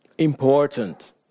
important